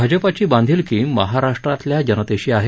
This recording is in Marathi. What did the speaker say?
भाजपाची बांधिलकी महाराष्ट्रातल्या जनतेशी आहे